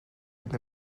with